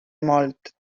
molt